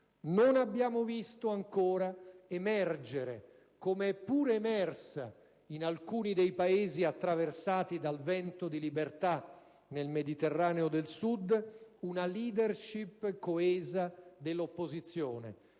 Non abbiamo visto ancora emergere, come è pure emersa in alcuni dei Paesi attraversati dal vento di libertà nel Mediterraneo del Sud, una *leadership* coesa dell'opposizione.